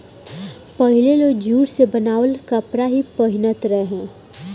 पहिले लोग जुट से बनावल कपड़ा ही पहिनत रहे